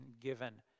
given